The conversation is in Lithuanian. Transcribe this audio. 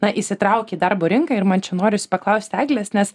na įsitraukė į darbo rinką ir man čia norisi paklausti eglės nes